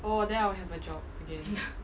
oh then I'll have the job again